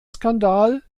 skandal